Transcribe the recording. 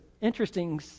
interesting